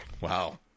wow